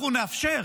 אנחנו נאפשר,